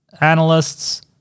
analysts